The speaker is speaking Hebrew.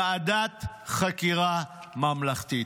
ועדת חקירה ממלכתית.